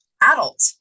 adult